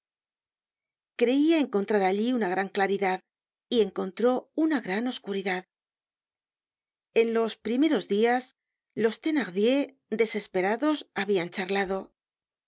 á montfermeil creia encontrar allí una gran claridad y encontró una gran oscuridad en los primeros dias los thenardier desesperados habían charlado